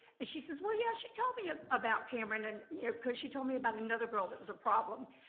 and she says, well, yeah, she told me ah about cameron and yeah cause she told me about another girl that was a problem,